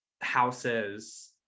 houses